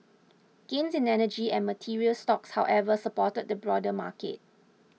gains in energy and materials stocks however supported the broader marker